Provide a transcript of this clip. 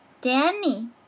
Danny